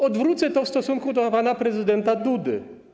Odwrócę to w stosunku do pana prezydenta Dudy.